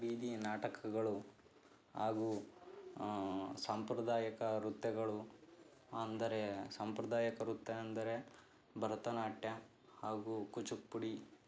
ಬೀದಿ ನಾಟಕಗಳು ಹಾಗು ಸಾಂಪ್ರದಾಯಿಕ ನೃತ್ಯಗಳು ಅಂದರೆ ಸಾಂಪ್ರದಾಯಿಕ ನೃತ್ಯ ಎಂದರೆ ಭರತನಾಟ್ಯ ಹಾಗೂ ಕೂಚುಪುಡಿ